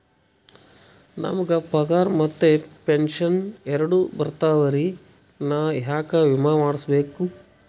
ನಮ್ ಗ ಪಗಾರ ಮತ್ತ ಪೆಂಶನ್ ಎರಡೂ ಬರ್ತಾವರಿ, ನಾ ಯಾಕ ವಿಮಾ ಮಾಡಸ್ಬೇಕ?